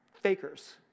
fakers